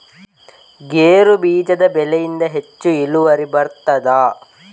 ಗೇರು ಬೀಜದ ಬೆಳೆಯಿಂದ ಹೆಚ್ಚು ಇಳುವರಿ ಬರುತ್ತದಾ?